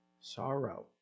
sorrow